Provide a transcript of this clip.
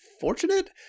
fortunate